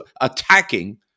attacking